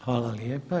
Hvala lijepa.